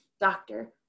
doctor